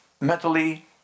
mentally